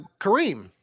Kareem